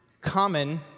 common